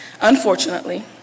Unfortunately